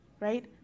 Right